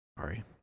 sorry